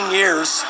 years